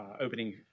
opening